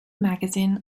magazine